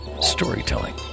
storytelling